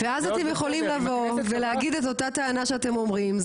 ואז אתם יכולים לבוא ולהגיד את אותה טענה שאתם אומרים,